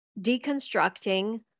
deconstructing